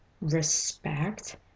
respect